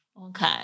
okay